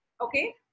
Okay